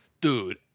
Dude